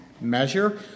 measure